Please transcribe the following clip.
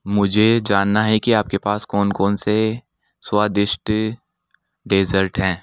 मुझे जानना हैं कि आपके पास कौन कौन से स्वादिष्ट डेज़र्ट हैं